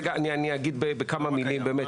רק אגיד כמה מילים.